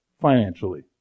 financially